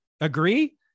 agree